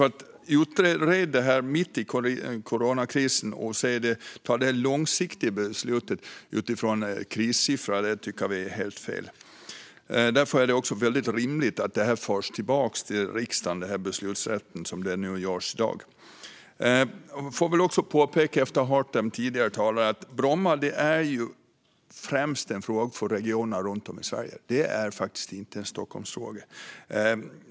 Att utreda detta mitt under coronakrisen och ta de långsiktiga besluten utifrån en krissiffra tycker vi är helt fel, och därför är det också väldigt rimligt att beslutsrätten förs tillbaka till riksdagen, vilket nu görs i dag. Efter att ha hört tidigare talare vill jag också påpeka att Bromma främst är en fråga för regionerna runt om i Sverige och inte en Stockholmsfråga.